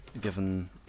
given